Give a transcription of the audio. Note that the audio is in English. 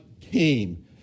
came